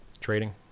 Trading